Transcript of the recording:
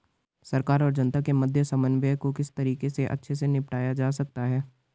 सरकार और जनता के मध्य समन्वय को किस तरीके से अच्छे से निपटाया जा सकता है?